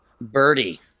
birdie